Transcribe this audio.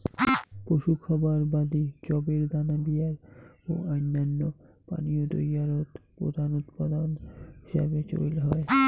পশু খাবার বাদি যবের দানা বিয়ার ও অইন্যান্য পানীয় তৈয়ারত প্রধান উপাদান হিসাবত চইল হয়